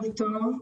להגיד?